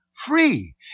Free